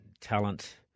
talent